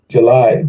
July